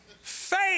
faith